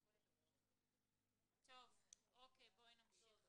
טוב, נמשיך.